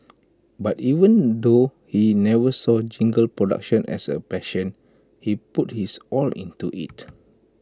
but even though he never saw jingle production as A passion he put his all into IT